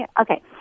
Okay